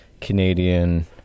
Canadian